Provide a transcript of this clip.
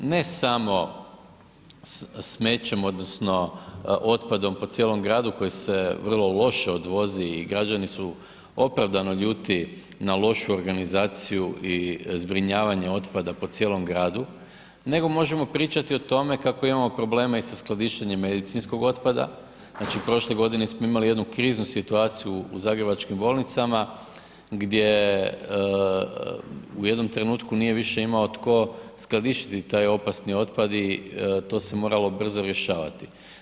Ne samo smećem odnosno otpadom po cijelom gradu koji se vrlo loše odvozi i građani su opravdano ljuti na lošu organizaciju i zbrinjavanje otpada po cijelom gradu, nego možemo pričati o tome kako imamo probleme i sa skladištenjem medicinskog otpada, znači prošle godine smo imali jednu kriznu situaciju u zagrebačkim bolnicama gdje u jednom trenutku nije više imao tko skladištiti taj opasni otpad i to se moralo brzo rješavati.